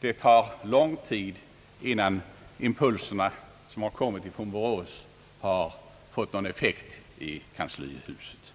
Det tar lång tid innan impulserna som har kommit från Borås har fått någon effekt i kanslihuset.